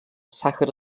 sàhara